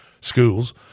schools